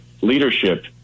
leadership